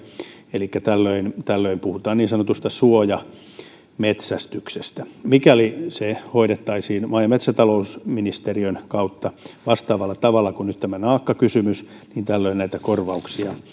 elikkä tällöin tällöin puhutaan niin sanotusta suojametsästyksestä mikäli se hoidettaisiin maa ja metsätalousministeriön kautta vastaavalla tavalla kuin nyt tämä naakkakysymys niin tällöin näitä korvauksia